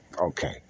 Okay